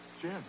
Jim